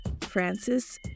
Francis